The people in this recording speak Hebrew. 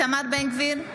איתמר בן גביר,